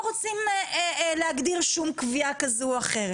רוצים להגדיר שום קביעה כזו או אחרת.